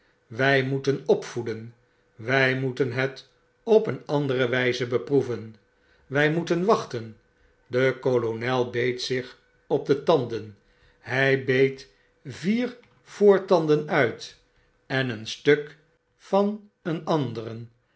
wij moeten opvoeden wy moeten het op een anderg wyze beproeven wy moeten wachten de kolonel beet zich op de tanden hy beet vier voor tanden uit en een stuk van een anderen